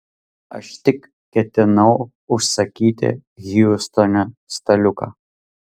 aš tik ketinau užsakyti hjustone staliuką